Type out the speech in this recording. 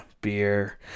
beer